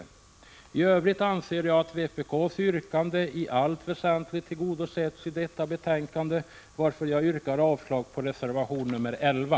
Jag anser att vpk:s yrkanden i övrigt i allt väsentligt tillgodosetts i detta betänkande, varför jag slutligen yrkar avslag på reservation 11.